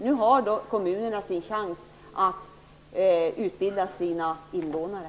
Nu har kommunerna sin chans att utbilda sina invånare.